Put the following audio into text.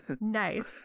Nice